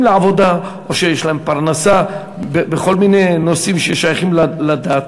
לעבודה או שיש להם פרנסה בכל מיני נושאים ששייכים לדת: